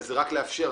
זה רק לאפשר.